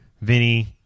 Vinny